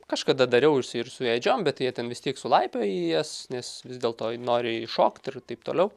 kažkada dariau ir su ir su ėdžiom bet jie ten vis tiek sulaipioja į jas nes vis dėl to ir nori šokt ir taip toliau